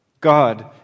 God